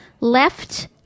left